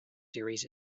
series